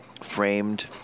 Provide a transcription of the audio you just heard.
framed